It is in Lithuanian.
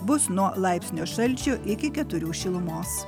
bus nuo laipsnio šalčio iki keturių šilumos